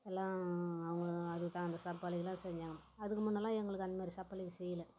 எல்லாம் அவங்க அதுக்கான சப்பலைலாம் செஞ்சாங்கள் அதுக்கு முன்னெயெல்லாம் எங்களுக்கு அந்தமாதிரி சப்பலை செய்யலை